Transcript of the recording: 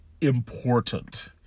important